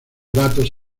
datos